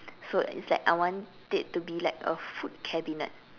so it's like I want it to be like a food cabinet